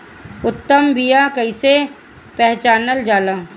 उत्तम बीया कईसे पहचानल जाला?